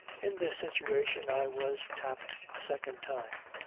in this situation i was tapped a second time.